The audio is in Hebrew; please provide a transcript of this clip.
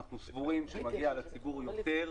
אנחנו סבורים שמגיע לציבור יותר,